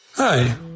Hi